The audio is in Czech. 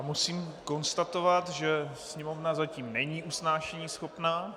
Musím konstatovat, že Sněmovna zatím není usnášeníschopná.